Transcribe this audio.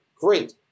great